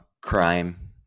crime